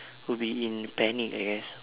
would be in panic I guess